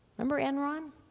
remember enron?